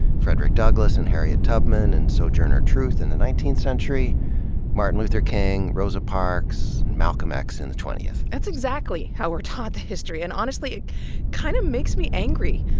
frederick douglass and harriet tubman and sojourner truth in the nineteenth century martin luther king, rosa parks, and malcolm x in the twentieth. that's exactly how we're taught the history, and honestly it kinda kind of makes me angry.